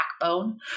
backbone